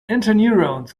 interneurons